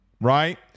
right